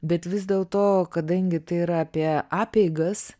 bet vis dėlto kadangi tai yra apie apeigas